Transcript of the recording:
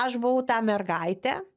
aš buvau ta mergaite